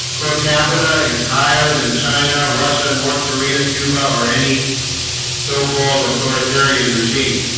per capita is higher than china russia, north korea, cuba or any so-called authoritarian regime